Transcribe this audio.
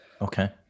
Okay